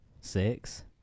Six